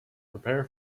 prepare